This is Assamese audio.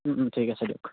ঠিক আছে দিয়ক